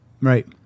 Right